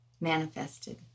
manifested